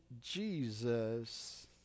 Jesus